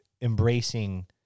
embracing